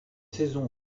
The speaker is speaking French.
saison